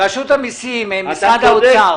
רשות המיסים, משרד האוצר.